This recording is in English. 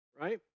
right